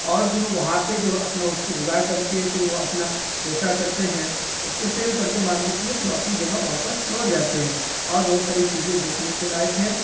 اور جو ہے وہاں پہ جو ہے اپنا اس کو اگا کر کے پھر وہ اپنا پیشہ کرتے ہیں اس کو سیل کرتے ہیں مارکیٹ میں پھر وہ اپنی جگہ واپس لوٹ جاتے ہیں اور بہت ساری چیزیں دیکھنے کے لائق ہے